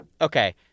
okay